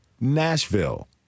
Nashville